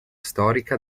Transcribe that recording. storica